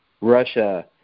Russia